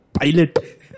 pilot